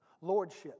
lordship